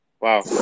Wow